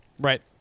Right